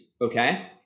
Okay